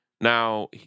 Now